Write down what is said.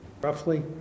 Roughly